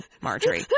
Marjorie